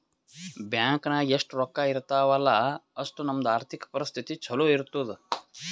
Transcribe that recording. bank ನಾಗ್ ಎಷ್ಟ ರೊಕ್ಕಾ ಇರ್ತಾವ ಅಲ್ಲಾ ಅಷ್ಟು ನಮ್ದು ಆರ್ಥಿಕ್ ಪರಿಸ್ಥಿತಿ ಛಲೋ ಇರ್ತುದ್